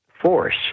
force